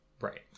right